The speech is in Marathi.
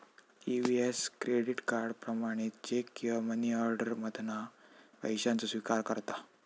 ई.वी.एस क्रेडिट कार्ड, प्रमाणित चेक किंवा मनीऑर्डर मधना पैशाचो स्विकार करता